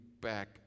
back